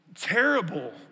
terrible